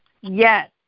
Yes